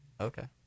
Okay